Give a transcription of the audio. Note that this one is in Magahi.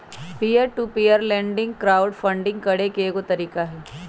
peer to peer lending crowdfunding करे के एगो तरीका हई